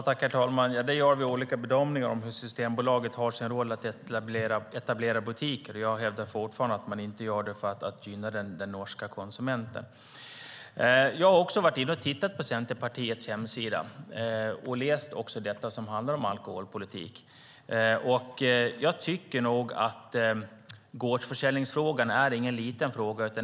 Herr talman! Här gör vi olika bedömningar av Systembolagets roll när det gäller att etablera butiker. Jag hävdar fortfarande att man inte gör det för att gynna norska konsumenter. Jag har varit inne på Centerpartiets hemsida och läst det som handlar om alkoholpolitiken, och jag tycker inte att gårdsförsäljningen är någon liten fråga.